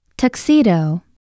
Tuxedo